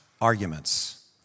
arguments